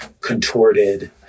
contorted